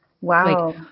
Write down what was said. wow